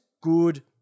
good